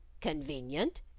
convenient